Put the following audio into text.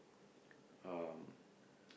um